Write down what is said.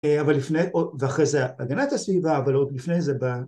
אה, ולפני כל.. ‫ואחרי זה הגנת הסביבה, ‫אבל עוד לפני זה ב...